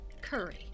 Curry